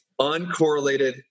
uncorrelated